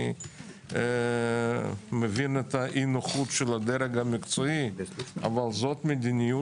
אני מבין את אי הנוחות של הדרג המקצועי אבל זו מדניות